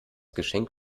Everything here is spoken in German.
geschenk